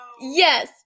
Yes